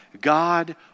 God